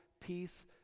peace